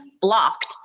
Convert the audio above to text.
blocked